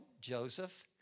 Joseph